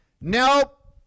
Nope